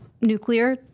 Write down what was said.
nuclear